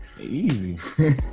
easy